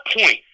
point